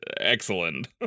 excellent